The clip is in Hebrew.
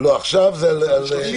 משרדי הממשלה